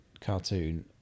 cartoon